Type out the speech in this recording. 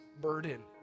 burden